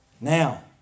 now